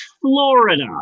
Florida